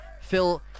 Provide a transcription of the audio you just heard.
Phil